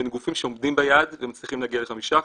בין גופים שעומדים ביעד ומצליחים להגיע ל-5%,